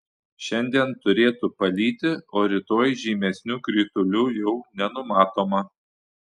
šiandien turėtų palyti o rytoj žymesnių kritulių jau nenumatoma